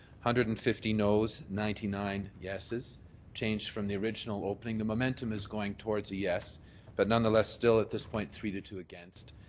hundred and fifty nos, ninety nine yess, changed from the original opening. the momentum is going towards the yes but nonetheless still at this point three two against.